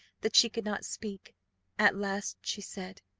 that she could not speak at last she said,